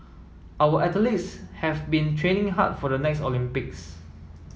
our athletes have been training hard for the next Olympics